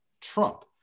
Trump